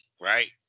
right